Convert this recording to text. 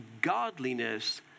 godliness